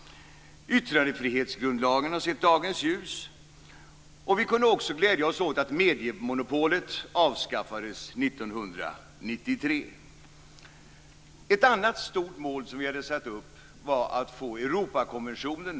Yttrandefrihetsgrundlagen har sett dagens ljus. Vi kunde också glädja oss åt att mediemonopolet avskaffades 1993. Ett annat stort mål som vi hade satt upp var att få Så har skett.